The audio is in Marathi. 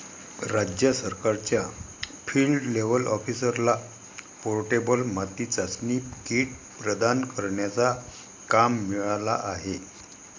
राज्य सरकारच्या फील्ड लेव्हल ऑफिसरला पोर्टेबल माती चाचणी किट प्रदान करण्याचा काम मिळाला आहे